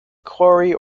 quarry